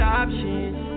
options